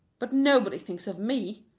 but nobody thinks of me.